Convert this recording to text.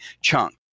chunk